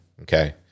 Okay